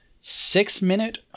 six-minute